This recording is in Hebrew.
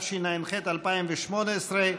התשע"ח 2018,